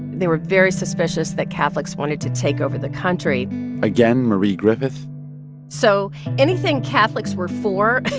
they were very suspicious that catholics wanted to take over the country again, marie griffith so anything catholics were for,